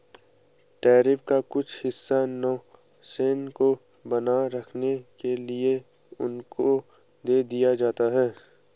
tariff का कुछ हिस्सा नौसेना को बनाए रखने के लिए उनको दे दिया जाता है